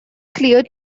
clear